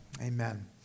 Amen